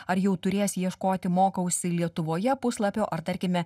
ar jau turės ieškoti mokausi lietuvoje puslapio ar tarkime